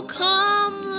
come